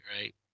right